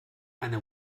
eine